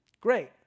great